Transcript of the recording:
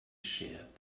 sheared